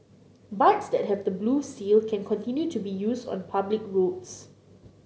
bikes that have the blue seal can continue to be used on public roads